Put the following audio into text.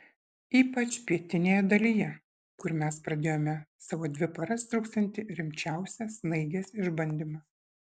ypač pietinėje dalyje kur mes pradėjome savo dvi paras truksiantį rimčiausią snaigės išbandymą